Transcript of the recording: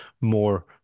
more